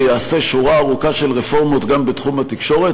ויעשה שורה ארוכה של רפורמות גם בתחום התקשורת.